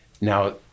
Now